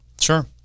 Sure